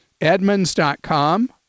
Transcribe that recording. Edmunds.com